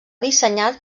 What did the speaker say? dissenyat